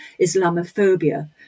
Islamophobia